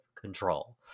control